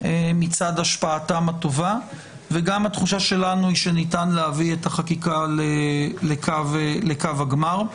מצד השפעתם הטובה וגם התחושה שלנו היא שניתן להביא את החקיקה לקו הגמר.